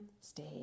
stay